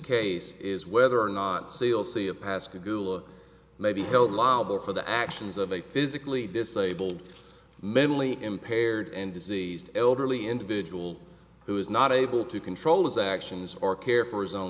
case is whether or not so you'll see a pascagoula may be held liable for the actions of a physically disabled mentally impaired and diseased elderly individual who is not able to control his actions or care for his own